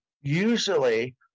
usually